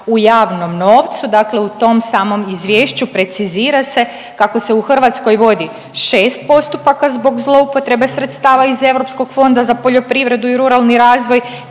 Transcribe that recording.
u javnom novcu, dakle u tom samom izvješću precizira se kako se u Hrvatskoj vodi 6 postupaka zbog zloupotrebe sredstava iz europskog fonda za poljoprivredu i ruralni razvoj.